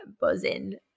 buzzing